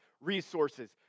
resources